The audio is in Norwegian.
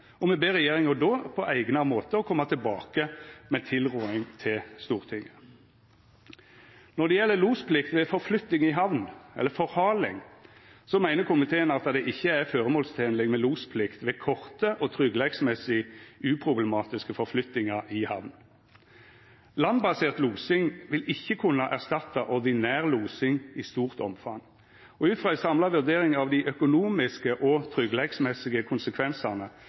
utgreiinga. Me ber regjeringa då, på eigna måte, koma tilbake med tilråding til Stortinget. Når det gjeld losplikt ved forflytting i hamn, eller forhaling, meiner komiteen at det ikkje er føremålstenleg med losplikt ved korte og tryggleiksmessig uproblematiske forflyttingar i hamn. Landbasert losing vil ikkje kunna erstatta ordinær losing i stort omfang. Ut frå ei samla vurdering av dei økonomiske og tryggleiksmessige konsekvensane